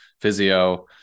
physio